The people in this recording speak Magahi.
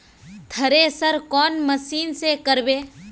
थरेसर कौन मशीन से करबे?